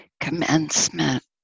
commencement